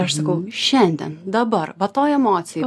ir aš sakau šiandien dabar va toj emocijoj